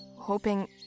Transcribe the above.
Hoping